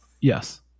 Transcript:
Yes